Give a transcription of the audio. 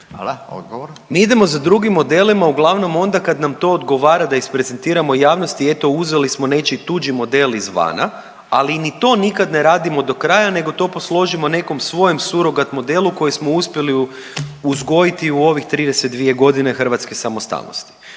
Mi idemo za drugim modelima uglavnom onda kad nam to odgovara da isprezentiramo javnosti eto uzeli smo nečiji tuđi model izvana, ali ni to nikad ne radimo do kraja nego to posložimo nekom svojem surogat modelu koji smo uspjeli uzgojiti u ovih 32 godine hrvatske samostalnosti.